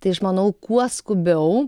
tai aš manau kuo skubiau